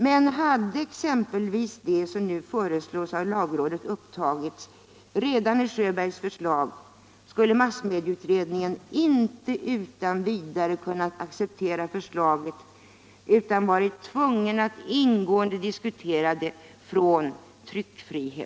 Men hade exempelvis det som nu föreslås av lagrådet upptagits redan i Sjöbergs förslag, skulle MMU inte utan vidare kunnat acceptera förslaget utan varit tvungen att ingående diskutera förslaget från tryckfrihetssynpunkt.